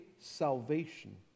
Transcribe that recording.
salvation